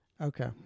Okay